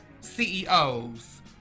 CEOs